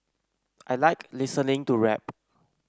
I like listening to rap